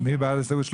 מי בעד ההסתייגות?